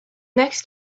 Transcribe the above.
next